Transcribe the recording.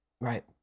Right